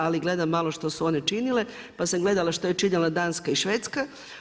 Ali gledam malo što su one činile, pa sam gledala što je činila Danska i Švedska.